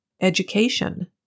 Education